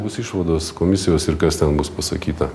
bus išvados komisijos ir kas ten bus pasakyta